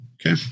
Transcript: Okay